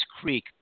creek